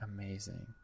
Amazing